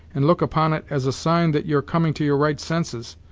and look upon it as a sign that you're coming to your right senses.